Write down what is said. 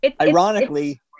ironically